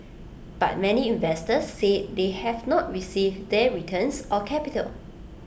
but many investors said they have not received their returns or capital